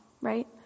right